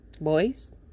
boys